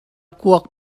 kuak